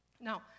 Now